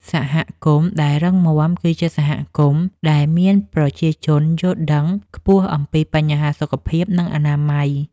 សហគមន៍ដែលរឹងមាំ គឺជាសហគមន៍ដែលមានប្រជាជនយល់ដឹងខ្ពស់អំពីបញ្ហាសុខភាព និងអនាម័យ។